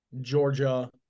Georgia